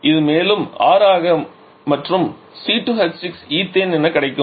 இது மேலும் 6 ஆக மற்றும் C2H6 ஈத்தேன் என கிடைக்கும்